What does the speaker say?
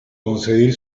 conseguir